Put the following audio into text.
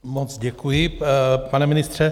Moc děkuji, pane ministře.